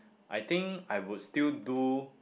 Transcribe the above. I think I would still do